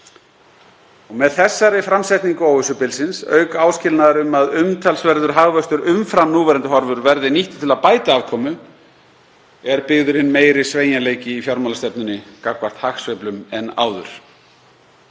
Með þessari framsetningu óvissubilsins, auk áskilnaðar um að umtalsverður hagvöxtur umfram núverandi horfur verði nýttur til að bæta afkomu, er byggður inn meiri sveigjanleiki í fjármálastefnunni gagnvart hagsveiflum en áður.